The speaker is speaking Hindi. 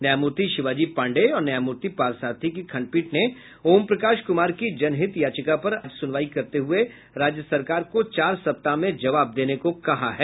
न्यायमुर्ति शिवाजी पांडेय और न्यायमुर्ति पार्थ सारथी की खंडपीठ ने ओम प्रकाश कुमार की जनहित याचिका पर सुनवाई करते हये राज्य सरकार को चार सप्ताह में जवाब देने को कहा है